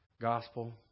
gospel